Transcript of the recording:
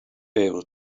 able